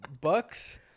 Bucks